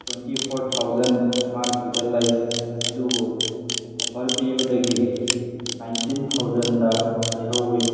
twenty four thousand M R ꯄꯤꯗ ꯂꯩ ꯑꯗꯨꯕꯨ ꯑꯣꯐ꯭ꯔ ꯄꯤꯕꯗꯒꯤ ꯅꯥꯏꯟꯇꯤꯟ ꯊꯥꯎꯖꯟꯗ ꯂꯩꯍꯧꯏ